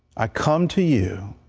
i come to you